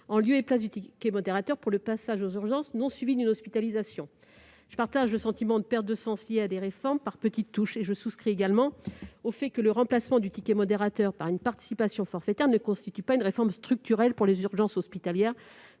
en lieu et place du ticket modérateur pour le passage aux urgences non suivies d'une hospitalisation. Je partage le sentiment de perte de sens lié à des réformes par petites touches. Je souscris également au fait que le remplacement du ticket modérateur par une participation forfaitaire ne constitue pas une réforme structurelle pour les urgences hospitalières,